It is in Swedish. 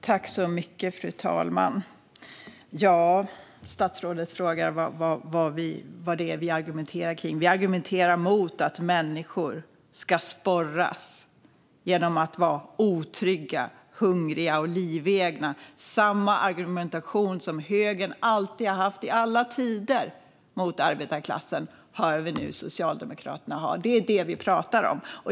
Fru talman! Statsrådet frågar vad vi argumenterar om. Vi argumenterar mot att människor ska "sporras" genom att vara otrygga, hungriga och livegna. Samma argumentation som högern har haft i alla tider mot arbetarklassen hör vi nu att Socialdemokraterna har. Det är det vi pratar om.